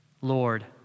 Lord